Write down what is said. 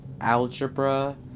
algebra